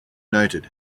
noted